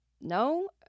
no